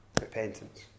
Repentance